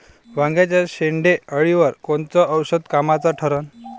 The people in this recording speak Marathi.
वांग्याच्या शेंडेअळीवर कोनचं औषध कामाचं ठरन?